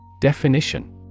Definition